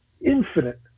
infinite